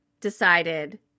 decided